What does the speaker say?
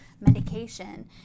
medication